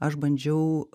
aš bandžiau